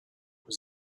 was